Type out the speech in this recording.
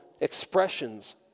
expressions